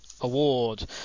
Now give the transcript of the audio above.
award